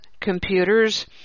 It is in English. computers